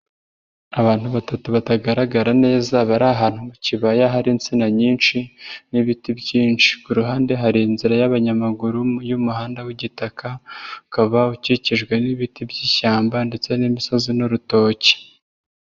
Abantu batatu batagaragara neza bari ahantu mu kibaya hari insina nyinshi n'ibiti byinshi. Ku ruhande hari inzira y'abanyamaguru y'umuhanda w'igitaka, ukaba ukikijwe n'ibiti by'ishyamba ndetse n'imisozi n'urutoki.